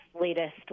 latest